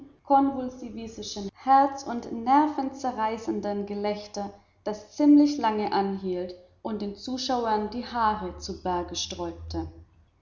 konvulsivischen herz und nervenzerreißenden gelächter das ziemlich lange anhielt und den zuschauern die haare zu berge